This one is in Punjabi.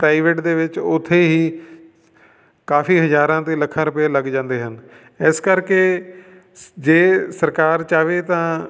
ਪ੍ਰਾਈਵੇਟ ਦੇ ਵਿੱਚ ਉੱਥੇ ਹੀ ਕਾਫੀ ਹਜ਼ਾਰਾਂ ਅਤੇ ਲੱਖਾਂ ਰੁਪਏ ਲੱਗ ਜਾਂਦੇ ਹਨ ਇਸ ਕਰਕੇ ਜੇ ਸਰਕਾਰ ਚਾਹੇ ਤਾਂ